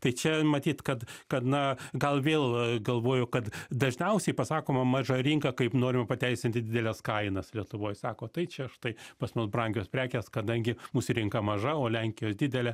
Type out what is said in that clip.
tai čia matyt kad kad na gal vėl galvoju kad dažniausiai pasakoma maža rinka kaip norima pateisinti dideles kainas lietuvoj sako tai čia štai pas mus brangios prekės kadangi mūsų rinka maža o lenkijos didelė